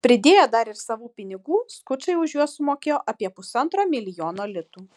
pridėję dar ir savų pinigų skučai už juos sumokėjo apie pusantro milijono litų